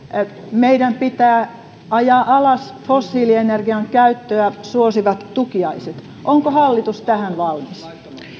meidän pitää ajaa alas fossiilienergian käyttöä suosivat tukiaiset onko hallitus tähän valmis